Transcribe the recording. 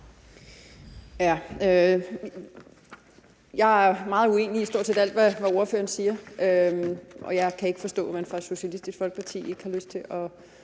Jeg er meget uenig i stort set alt, hvad ordføreren siger, og jeg kan ikke forstå, at man fra Socialistisk Folkepartis side ikke har lyst til at